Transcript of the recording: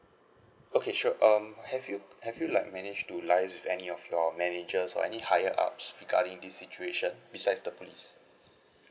okay sure um have you have you like managed to liaise with any of your managers or any higher ups regarding this situation besides the police